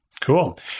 Cool